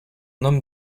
homme